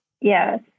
Yes